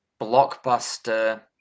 blockbuster